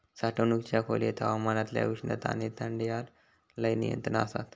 साठवणुकीच्या खोलयेत हवामानातल्या उष्णता आणि थंडायर लय नियंत्रण आसता